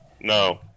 No